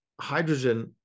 hydrogen